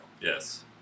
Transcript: Yes